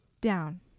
down